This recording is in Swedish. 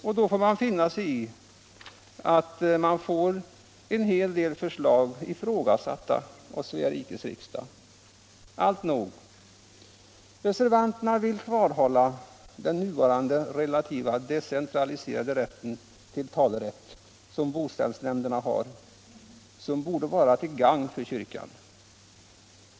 Och då får man också finna sig i att en hel del förslag ifrågasättes av Svea rikes riksdag. Alltnog, reservanterna vill kvarhålla den nuvarande relativt decentraliserade talerätt som boställsnämnderna har och som borde vara till gagn för kyrkan.